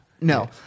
No